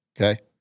okay